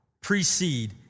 precede